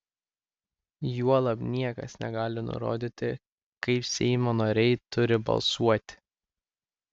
juolab niekas negali nurodyti kaip seimo nariai turi balsuoti